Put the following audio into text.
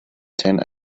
ten